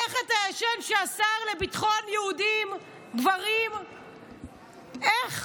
איך אתה ישן כשהשר לביטחון יהודים, גברים איך?